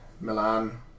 Milan